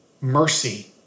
mercy